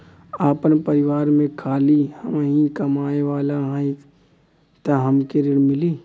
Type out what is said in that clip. आपन परिवार में खाली हमहीं कमाये वाला हई तह हमके ऋण मिली?